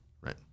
right